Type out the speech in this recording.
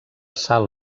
sal